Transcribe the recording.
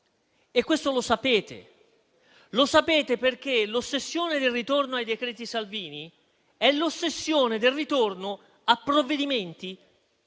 Questo lo sapete, perché l'ossessione del ritorno ai decreti Salvini è l'ossessione del ritorno a provvedimenti